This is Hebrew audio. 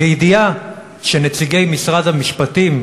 בידיעה שנציגי משרד המשפטים,